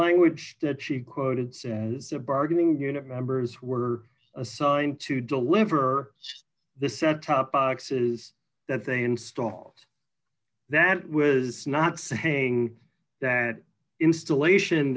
language that she quoted is a bargaining unit numbers were assigned to deliver the set top boxes that they installed that was not saying that installation